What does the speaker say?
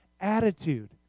attitude